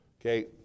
Okay